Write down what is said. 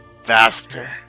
Faster